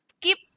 keep